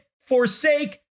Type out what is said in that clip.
forsake